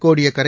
Kodiyakkarai